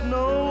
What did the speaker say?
no